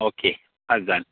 okay पांच जाण